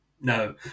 no